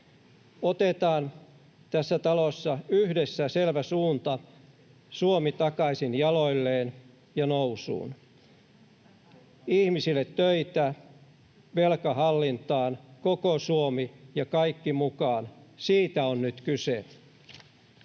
Otetaan tässä talossa yhdessä selvä suunta: Suomi takaisin jaloilleen ja nousuun, ihmisille töitä, velka hallintaan, koko Suomi ja kaikki mukaan. Siitä on nyt kyse.